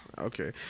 Okay